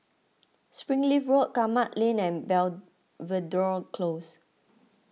Springleaf Road Kramat Lane and Belvedere Close